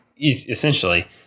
Essentially